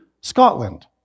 Scotland